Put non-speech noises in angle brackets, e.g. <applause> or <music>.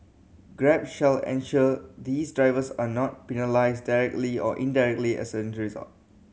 grab shall ensure these drivers are not penalised directly or indirectly as a <unintelligible>